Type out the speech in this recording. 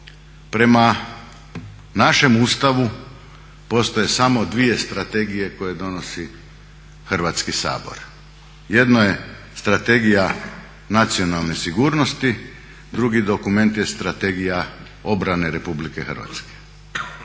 prema našem Ustavu postoje samo dvije strategije koje donosi Hrvatski sabor, jedna je Strategija nacionalne sigurnosti, drugi dokument je Strategija obrane RH i nigdje